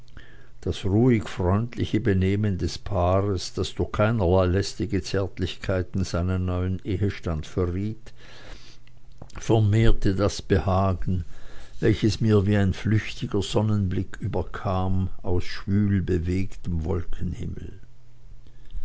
das ruhig freundliche benehmen des paares das durch keinerlei lästige zärtlichkeiten seinen neuen ehestand verriet vermehrte das behagen welches mich wie ein flüchtiger sonnenblick überkam aus schwül bewegtem wolkenhimmel